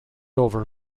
over